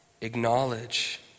acknowledge